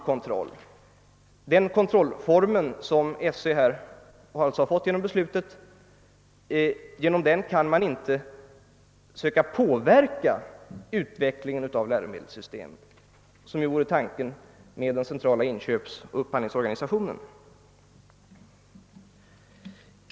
Genom den kontrollform som skolöverstyrelsen har fått genom beslutet kan den inte påverka utvecklingsarbetet på läromedelssystem, vilket var tanken med den centrala inköpsoch upphandlingsorganisationen.